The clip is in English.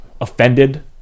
offended